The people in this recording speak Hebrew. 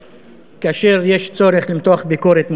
כאשר יש צורך למתוח ביקורת,